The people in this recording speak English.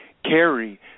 carry